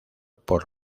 por